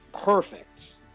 perfect